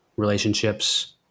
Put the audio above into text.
relationships